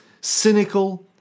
cynical